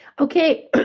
okay